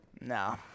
No